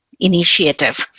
Initiative